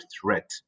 threat